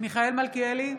מיכאל מלכיאלי,